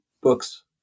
Books